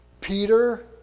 Peter